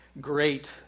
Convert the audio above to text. great